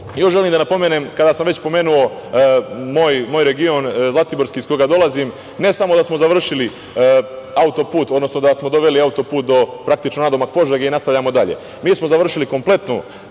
još želim da napomenem, kada sam već spomenuo moj region zlatiborski iz koga dolazim, ne samo da smo završili auto-put, odnosno da smo doveli auto-put do, praktično, nadomak Požege, mi nastavljamo dalje. Mi smo završili kompletnu